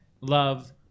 love